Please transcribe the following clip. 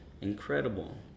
Incredible